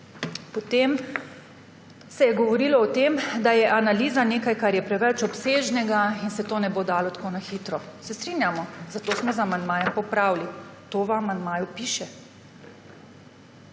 Potem se je govorilo o tem, da je analiza nekaj, kar je preveč obsežno, in se to ne bo dalo tako na hitro. Se strinjamo. Zato smo z amandmajem popravili, to v amandmaju piše.